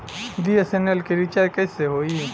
BSNL के recharge कैसे होयी?